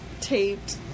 taped